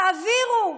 תעבירו.